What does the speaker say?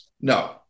No